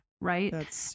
right